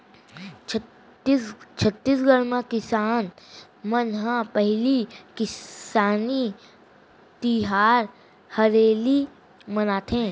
छत्तीसगढ़ म किसान मन ह पहिली किसानी तिहार हरेली मनाथे